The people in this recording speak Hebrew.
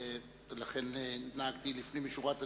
ולכן נהגתי לפנים משורת הדין.